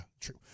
true